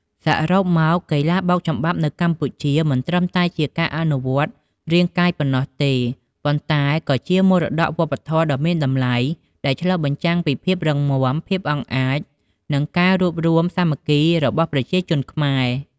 សរុបមក កីឡាបោកចំបាប់នៅកម្ពុជាមិនត្រឹមតែជាការអនុវត្តរាងកាយប៉ុណ្ណោះទេ ប៉ុន្តែក៏ជាមរតកវប្បធម៌ដ៏មានតម្លៃដែលឆ្លុះបញ្ចាំងពីភាពរឹងមាំ ភាពអង់អាច និងការរួបរួមសាមគ្គីរបស់ប្រជាជនខ្មែរ។